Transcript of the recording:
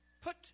put